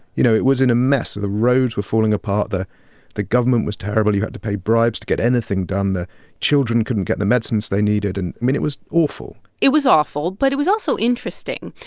you know, it was in a mess. the roads were falling apart. the the government was terrible. you had to pay bribes to get anything done. the children couldn't get the medicines they needed. i and mean, it was awful it was awful. but it was also interesting.